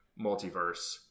multiverse